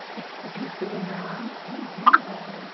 ᱠᱩᱴᱷᱮ ᱠᱚᱠᱚ ᱵᱮᱱᱟᱣᱟ